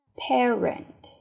parent